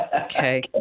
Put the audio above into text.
Okay